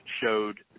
showed